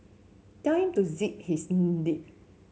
tell him to zip his lip